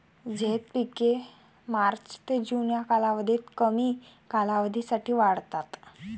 झैद पिके मार्च ते जून या कालावधीत कमी कालावधीसाठी वाढतात